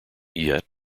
yet